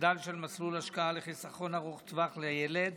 המחדל של מסלול השקעה לחיסכון ארוך טווח לילד